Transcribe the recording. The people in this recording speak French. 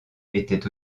était